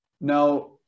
Now